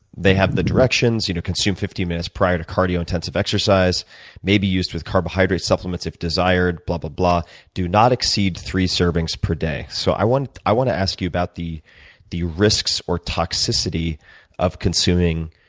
they have the directions, you know, consume fifteen minutes prior to cardio-intensive exercise maybe used with carbohydrate supplements if desired, blah, blah, blah do not exceed three servings per day. so i want i want to ask you about the risks risks or toxicity of consuming